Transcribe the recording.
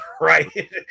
right